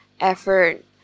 effort